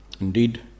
Indeed